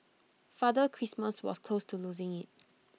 Father Christmas was close to losing IT